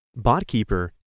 BotKeeper